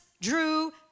drew